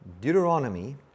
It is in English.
Deuteronomy